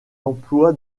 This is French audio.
emploi